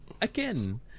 Again